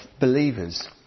believers